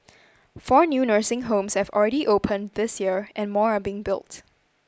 four new nursing homes have already opened this year and more are being built